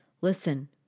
Listen